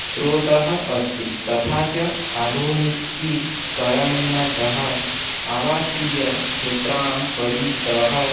स्रोतः अस्ति तथा च आधुनिकीकरणेन सह आवासीयक्षेत्राणां परितः